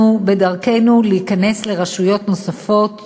אנחנו בדרכנו להיכנס לרשויות נוספות,